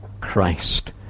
Christ